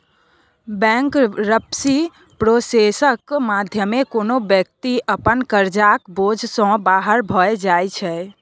bankruptcy प्रोसेसक माध्यमे कोनो बेकती अपन करजाक बोझ सँ बाहर भए जाइ छै